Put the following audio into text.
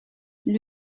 lui